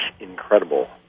Incredible